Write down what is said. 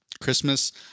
Christmas